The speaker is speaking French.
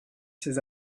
ses